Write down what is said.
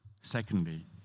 Secondly